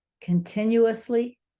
continuously